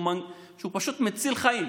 שהוא פשוט מציל חיים.